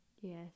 Yes